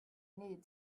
need